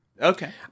Okay